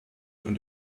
und